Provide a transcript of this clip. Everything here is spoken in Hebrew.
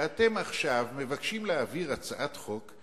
שעכשיו אתם מבקשים להעביר הצעת חוק,